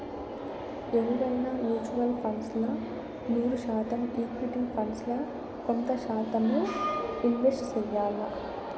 ఎవువైనా mutual funds ల నూరు శాతం ఈక్విటీ ఫండ్స్ ల కొంత శాతమ్మే ఇన్వెస్ట్ చెయ్యాల్ల